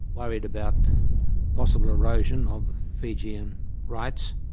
worried about possible erosion of fijian rights,